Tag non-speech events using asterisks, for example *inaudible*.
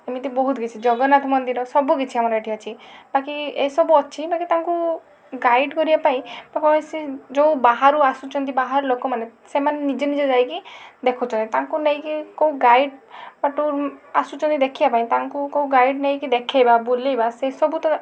ଏମିତି ବହୁତ କିଛି ଜଗନ୍ନାଥ ମନ୍ଦିର ସବୁକିଛି ଆମର ଏଇଠି ଅଛି ବାକି ଏସବୁ ଅଛି ବାକି ତାଙ୍କୁ ଗାଇଡ଼ କରିବା ପାଇଁ *unintelligible* ଯେଉଁ ବାହାରୁ ଆସୁଛନ୍ତି ବାହାର ଲୋକମାନେ ସେମାନେ ନିଜେ ନିଜେ ଯାଇକି ଦେଖୁଥିବେ ତାଙ୍କୁ ନେଇକି କେଉଁ ଗାଇଡ଼ ବା ଟୁର ଆସୁଛନ୍ତି ଦେଖିବା ପାଇଁ ତାଙ୍କୁ କେଉଁ ଗାଇଡ଼ ନେଇ ଦେଖେଇବା ବୁଲେଇବା ସେସବୁ ତ